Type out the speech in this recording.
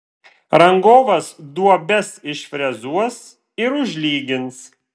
rangovas duobes išfrezuos ir užlygins